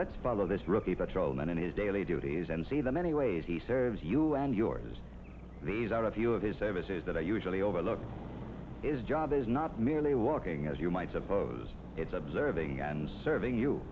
let's follow this rookie patrolmen in his daily duties and see the many ways he serves you and yours these are a few of his services that are usually overlooked is job is not merely walking as you might suppose it's observing and serving you